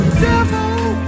devil